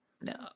no